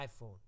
iPhone